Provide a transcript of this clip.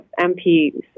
MPs